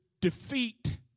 defeat